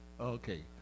Okay